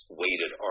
weighted